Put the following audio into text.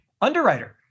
underwriter